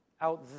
out